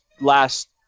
last